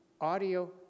audio